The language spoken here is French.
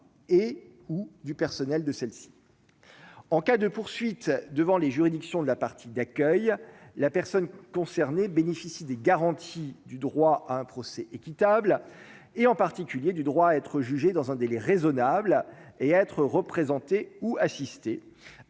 et ou du personnel de celle-ci, en cas de poursuite devant les juridictions de la partie d'accueil, la personne concernée bénéficie des garanties du droit à un procès équitable, et en particulier du droit à être jugé dans un délai raisonnable et être représenté ou assisté